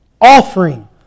offering